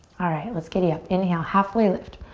alright, let's giddy up. inhale, halfway lift.